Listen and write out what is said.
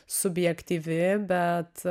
subjektyvi bet